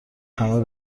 همه